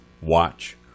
watch